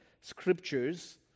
scriptures